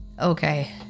Okay